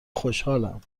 خوشحالم